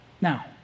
Now